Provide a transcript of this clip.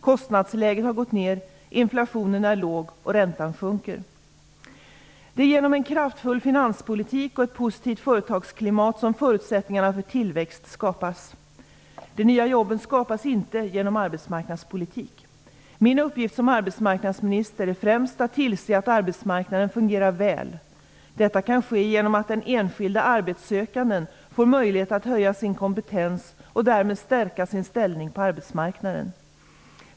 Kostnadsläget har gått ner, inflationen är låg och räntan sjunker. Det är genom en kraftfull finanspolitik och ett positivt företagsklimat som förutsättningarna för tillväxt skapas. De nya jobben skapas inte genom arbetsmarknadspolitik. Min uppgift som arbetsmarknadsminister är främst att tillse att arbetsmarknaden fungerar väl. Detta kan ske genom att den enskilde arbetssökanden får möjlighet att höja sin kompetens och därmed stärka sin ställning på arbetsmarknaden.